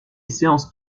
séance